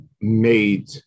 made